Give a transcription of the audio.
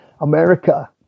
America